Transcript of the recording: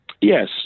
Yes